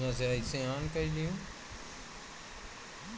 फसल कटले के बाद खेत क जोताई कर देवे के चाही